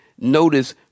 notice